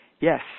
Yes